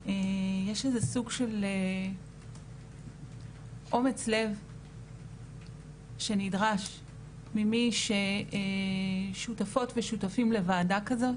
יש איזה סוג של אומץ לב שנדרש ממי ששותפות ושותפים לוועדה כזאת,